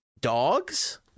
dogs